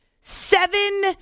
seven